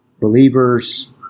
Believers